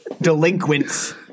delinquents